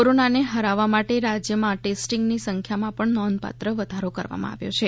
કોરોનાને હરાવવા માટે રાજ્યમાં ટેસ્ટિંગની સંખ્યામાં પણ નોંધપાત્ર વધારો કરવામાં આવ્યો છે